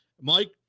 Mike